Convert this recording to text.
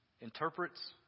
interprets